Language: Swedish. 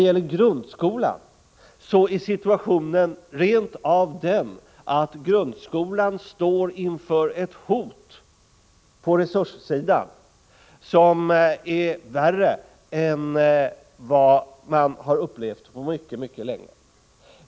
I grundskolan är situationen rent av den att grundskolan står inför ett hot när det gäller resurser som är värre än vad vi upplevt på mycket länge.